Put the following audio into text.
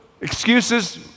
excuses